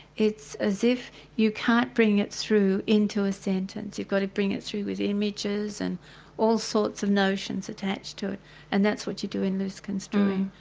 it's as if you can't bring it through into a sentence, you've got to bring it through with images and all sorts of notions attached to it and that's what you do in loose-construing.